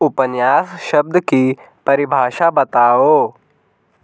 उपन्यास शब्द की परिभाषा बताओ